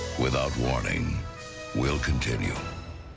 without warning will continue.